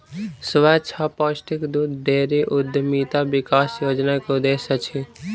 स्वच्छ आ पौष्टिक दूध डेयरी उद्यमिता विकास योजना के उद्देश्य अछि